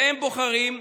והם בוחרים,